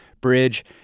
Bridge